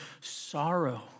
sorrow